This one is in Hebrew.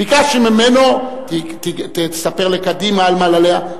ביקשתי ממנו: תספר לקדימה על מעלליה,